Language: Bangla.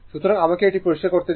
সুতরাং আমাকে এটি পরিষ্কার করতে দিন